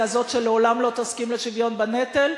הזאת שלעולם לא תסכים לשוויון בנטל?